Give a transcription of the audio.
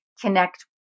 connect